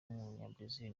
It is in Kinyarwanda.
w’umunyabrazil